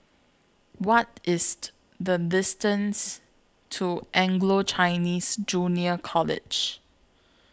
What IS The distance to Anglo Chinese Junior College